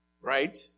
Right